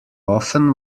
often